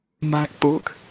MacBook